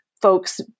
Folks